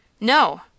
No